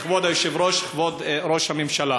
כבוד היושב-ראש, כבוד ראש הממשלה,